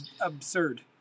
Absurd